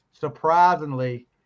surprisingly